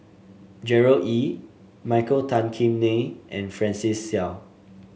Gerard Ee Michael Tan Kim Nei and Francis Seow